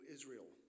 Israel